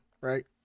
right